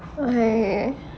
okay